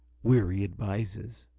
weary advises.